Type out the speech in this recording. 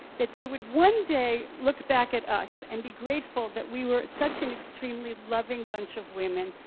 that they would one day look back at us and be grateful that we were such an extremely loving bunch of women,